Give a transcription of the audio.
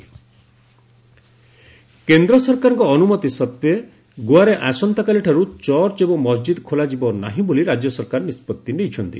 church Goa କେନ୍ଦ୍ର ସରକାରଙ୍କ ଅନୁମତି ସତ୍ତ୍ୱେ ଗୋଆରେ ଆସନ୍ତାକାଲିଠାରୁ ଚର୍ଚ୍ଚ ଏବଂ ମସ୍ଜିଦ୍ ଖୋଲାଯିବ ନାହିଁ ବୋଲି ରାଜ୍ୟ ସରକାର ନିଷ୍ପଭି ନେଇଛନ୍ତି